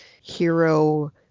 hero